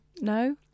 No